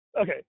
okay